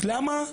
למה?